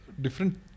different